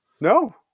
no